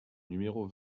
numéro